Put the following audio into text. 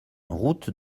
route